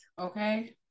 okay